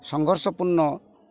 ସଂଘର୍ଷପୂର୍ଣ୍ଣ